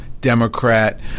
Democrat